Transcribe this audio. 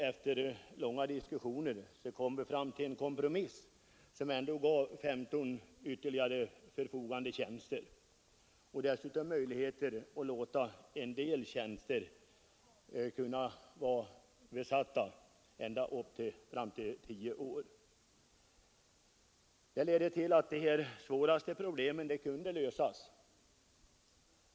Efter långa diskussioner kom vi fram till en kompromiss som gav ytterligare 15 förfogandetjänster och dessutom möjlighet att hålla en del tjänster besatta ända upp till tio år. Detta medförde att de svåraste problemen kunde lösas.